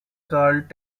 called